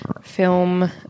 film